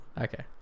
Okay